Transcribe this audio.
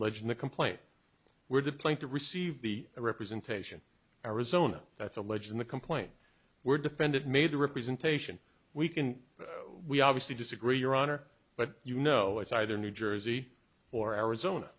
alleged in the complaint were the plane to receive the representation arizona that's alleged in the complaint were defendant made a representation we can we obviously disagree your honor but you know it's either new jersey or arizona